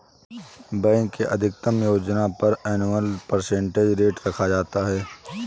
bank के अधिकतम योजना पर एनुअल परसेंटेज रेट रखा जाता है